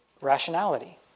rationality